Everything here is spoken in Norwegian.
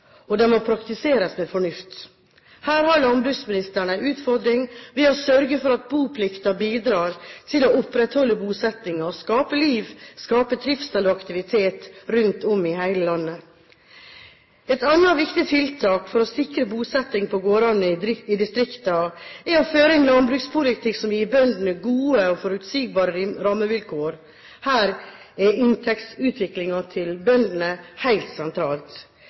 og den må praktiseres med fornuft. Her har landbruksministeren en utfordring, ved å sørge for at boplikten bidrar til å opprettholde bosettingen og skape liv, trivsel og aktivitet rundt om i hele landet. Et annet viktig tiltak for å sikre bosetting på gårdene i distriktene, er å føre en landbrukspolitikk som gir bøndene gode og forutsigbare rammevilkår. Her er inntektsutviklingen til bøndene